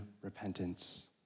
repentance